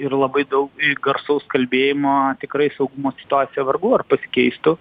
ir labai daug garsaus kalbėjimo tikrai saugumo situacija vargu ar pasikeistų